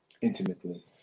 intimately